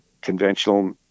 conventional